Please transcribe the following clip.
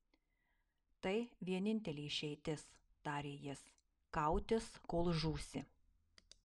tai vienintelė išeitis tarė jis kautis kol žūsi